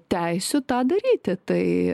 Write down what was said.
teisių tą daryti tai